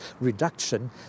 reduction